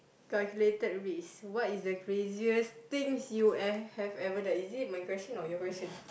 calculated risk what is the craziest things you have ever done is it my question or your question